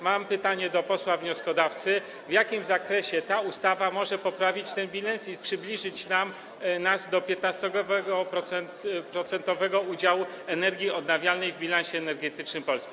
Mam pytanie do posła wnioskodawcy: W jakim zakresie ta ustawa może poprawić ten bilans i przybliżyć nas do 15-procentowego udziału energii odnawialnej w bilansie energetycznym Polski?